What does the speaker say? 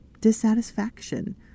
dissatisfaction